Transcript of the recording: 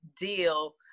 deal